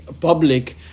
public